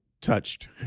touched